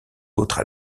autres